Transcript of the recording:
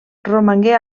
romangué